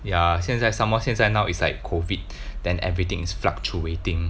ya 现在 some more 现在 now it's like COVID then everything is fluctuating